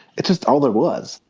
it's just all there was.